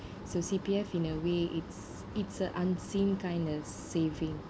so C_P_F in a way it's it's a unseen kind of saving